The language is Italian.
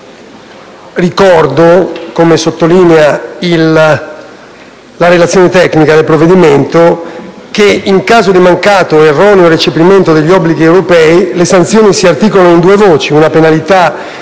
Ricordo, come sottolinea la relazione tecnica del provvedimento, che, in caso di mancato o erroneo recepimento degli obblighi europei, le sanzioni si articolano in due voci: una penalità,